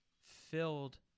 filled